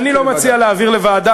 אני לא מציע להעביר לוועדה.